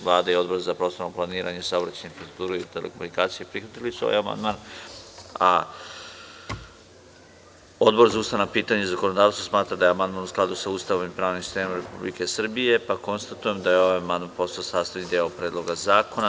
Vlada i Odbor za prostorno planiranje, saobraćaj, infrastrukturu i telekomunikacije prihvatili su amandman, a Odbor za ustavna pitanja i zakonodavstvo smatra da je amandman u skladu sa Ustavom i pravnim sistemom Republike Srbije, pa konstatujem da je ovaj amandman postao sastavni deo Predloga zakona.